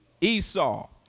Esau